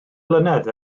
blynedd